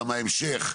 גם ההמשך,